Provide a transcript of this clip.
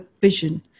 vision